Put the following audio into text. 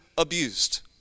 abused